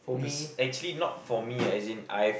is actually not for me ah as in I've